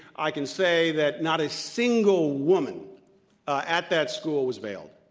i can say that not a single woman at that school was veiled.